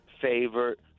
favorite